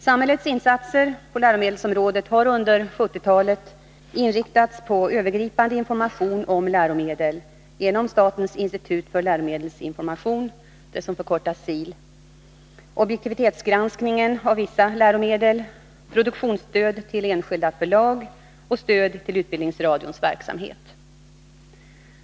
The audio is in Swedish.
Samhällets insatser på läromedelsområdet har under 1970-talet inriktats på övergripande information om läromedel genom statens institut för läromedelsinformation , objektivitetsgranskning av vissa läromedel, produktionsstöd till enskilda förlag och stöd till utbildningsradions verksamhet.